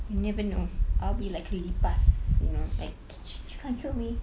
you never know I'll be like a lipas you know like can't kill me